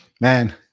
man